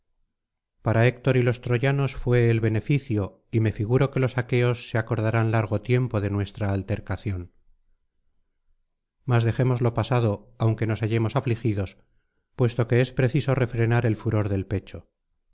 para héctor y los troyanos fué el beneficio y me figuro que los aqueos se acordarán largo tiempo de nuestra altercación mas dejemos lo pasado aunque nos hallemos afligidos puesto que es preciso refrenar el furor del pecho